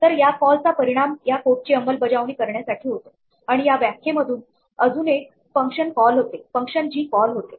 तर या कॉल चा परिणाम या कोडची अंमलबजावणी करण्यासाठी होतो आणि या व्याख्येमध्ये अजून एक फंक्शन जी कॉल होते